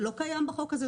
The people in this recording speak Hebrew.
זה לא קיים בחוק הזה.